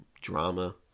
drama